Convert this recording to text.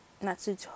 Natsu